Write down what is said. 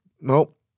nope